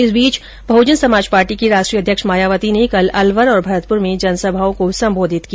इस बीच बहुजन समाज पार्टी की राष्ट्रीय अध्यक्ष मायावती ने कल अलवर और भरतपुर में जनसभाओं को सम्बोधित किया